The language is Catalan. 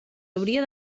hauria